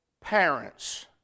parents